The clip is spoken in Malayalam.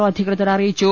ഒ അധികൃതർ അറിയിച്ചു